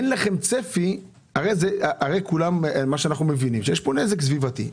יש פה נזק סביבתי.